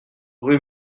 rue